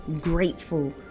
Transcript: grateful